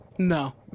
No